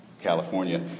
California